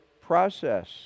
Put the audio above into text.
process